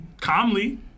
calmly